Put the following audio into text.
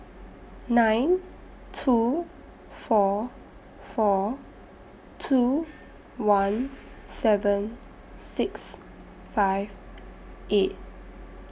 nine two four four two one seven six five eight